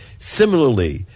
Similarly